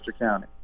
County